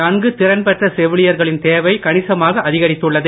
நன்கு திறன் பெற்ற செவிலியர்களின் தேவை கணிசமாக அதிகரித்துள்ளது